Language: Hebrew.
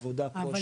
עבודה פה,